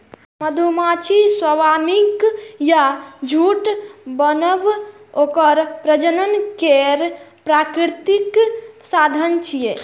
मधुमाछीक स्वार्मिंग या झुंड बनब ओकर प्रजनन केर प्राकृतिक साधन छियै